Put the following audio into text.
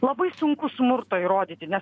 labai sunku smurtą įrodyti nes